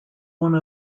one